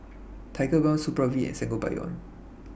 Tigerbalm Supravit and Sangobion